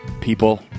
People